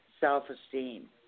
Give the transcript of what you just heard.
self-esteem